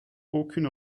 aucune